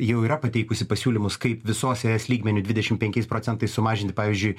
jau yra pateikusi pasiūlymus kaip visos es lygmeniu dvidešim penkiais procentais sumažinti pavyzdžiui